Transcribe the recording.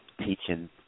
teaching